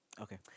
Okay